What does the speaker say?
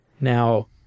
Now